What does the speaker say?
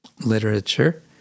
literature